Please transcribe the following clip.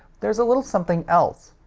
there's a little something else.